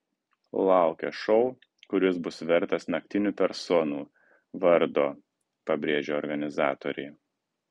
laukia šou kuris bus vertas naktinių personų vardo pabrėžė organizatoriai